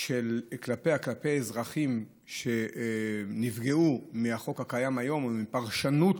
שלה לאזרחים שנפגעו מהחוק הקיים היום ומפרשנות